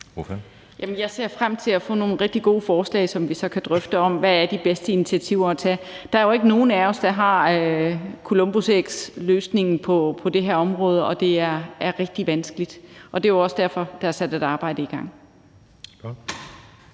jeg ser frem til at få nogle rigtig gode forslag, som vi så kan drøfte, om, hvad de bedste initiativer er at tage. Der er jo ikke nogen af os, der har et columbusæg i forhold til det her område, og det er rigtig vanskeligt. Det er også derfor, der er sat et arbejde i gang.